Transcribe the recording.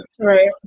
Right